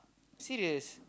serious